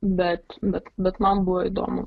bet bet bet man buvo įdomu